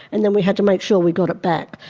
and then we had to make sure we got it back.